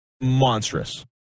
monstrous